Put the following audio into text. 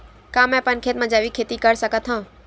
का मैं अपन खेत म जैविक खेती कर सकत हंव?